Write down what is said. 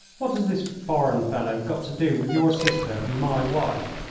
what has this foreign fellow got to do with your sister and my wife?